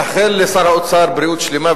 מאחל לשר האוצר בריאות שלמה,